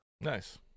Nice